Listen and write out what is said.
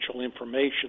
information